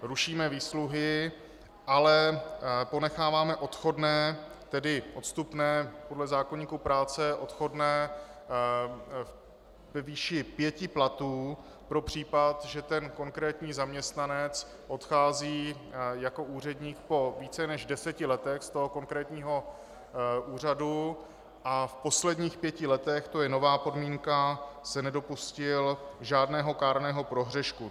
Rušíme výsluhy, ale ponecháváme odchodné, tedy odstupné, podle zákoníku práce odchodné, ve výši pěti platů pro případ, že konkrétní zaměstnanec odchází jako úředník po více než deseti letech z konkrétního úřadu a v posledních pěti letech, to je nová podmínka, se nedopustil žádného kárného prohřešku.